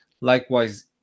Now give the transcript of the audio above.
Likewise